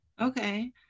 Okay